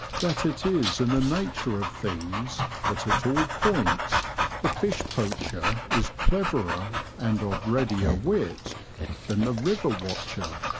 that it is in the nature of things that at all points the fish poacher is cleverer and of readier wit than the river watcher.